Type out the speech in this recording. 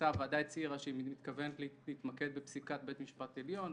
הוועדה הצהירה שהיא מתכוונת להתמקד בפסיקת בית משפט עליון,